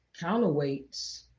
counterweights